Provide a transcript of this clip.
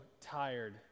tired